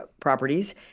properties